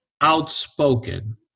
outspoken